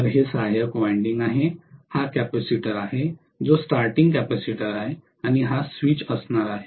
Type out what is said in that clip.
तर हे सहाय्यक वायंडिंग आहे हा कपॅसिटर आहे जो स्टार्टिंग कपॅसिटर आहे आणि हा स्विच असणार आहे